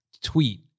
tweet